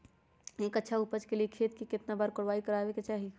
एक अच्छा उपज के लिए खेत के केतना बार कओराई करबआबे के चाहि?